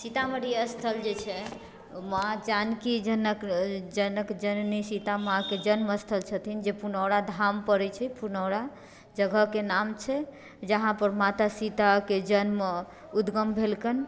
सीतामढ़ी स्थल जे छै ओ माँ जानकी जनक जनक जननी सीता माँके जन्मस्थल छथिन जे पुनौराधाम पड़ैत छै पुनौरा जगहके नाम छै जहाँ पर माता सीताके जन्म उद्गम भेलनि